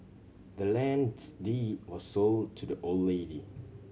the land's deed was sold to the old lady